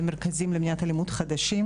מרכזים למניעת אלימות חדשים.